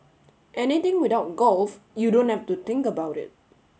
anything without golf you don't have to think about it